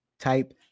Type